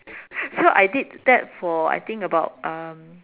so I did that for I think about um